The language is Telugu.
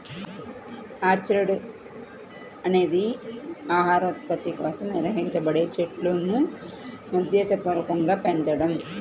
ఆర్చర్డ్ అనేది ఆహార ఉత్పత్తి కోసం నిర్వహించబడే చెట్లును ఉద్దేశపూర్వకంగా పెంచడం